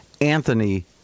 Anthony